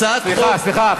הצעת חוק, סליחה, סליחה,